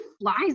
flies